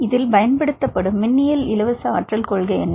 இதில் பயன்படுத்தப்படும் மின்னியல் இலவச ஆற்றல் கொள்கை என்ன